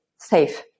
safe